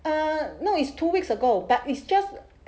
uh no is two weeks ago but it's just